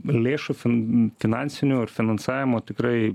lėšų fin finansinių ar finansavimo tikrai